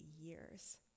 years